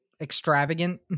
extravagant